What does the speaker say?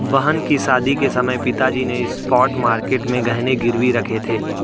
बहन की शादी के समय पिताजी ने स्पॉट मार्केट में गहने गिरवी रखे थे